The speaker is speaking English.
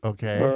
Okay